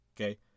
Okay